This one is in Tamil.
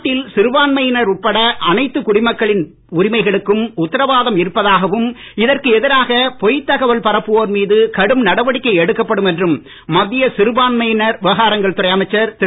நாட்டில் சிறுபான்மையினர் உட்பட அனைத்து குடிமக்களின் உரிமைகளுக்கும் உத்திரவாதம் இருப்பதாகவும் இதற்கு எதிராக பொய்த் தகவல் பரப்புவோர் மீது கடும் நடவடிக்கை எடுக்கப்படும் என்றும் மத்திய சிறுபான்மையினர் விவகாரங்கள் துறை அமைச்சர் திரு